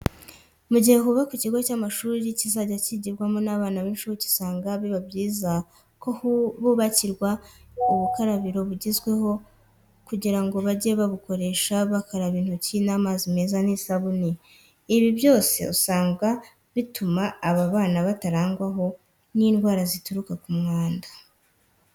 Mu gihe hubakwa ikigo cy'amashuri kizajya cyigirwamo n'abana b'incuke usanga biba byiza ko bubakirwa ubukarabiro bugezweho kugira ngo bajye babukoresha bakaraba intoki n'amazi meza n'isabune. Ibi byose usanga bituma aba bana batarangwaho n'indwara zituruka ku mwanda.